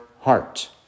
heart